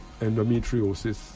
Endometriosis